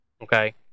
Okay